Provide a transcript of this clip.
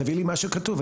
תביא לי משהו כתוב,